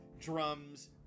drums